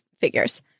figures